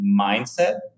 mindset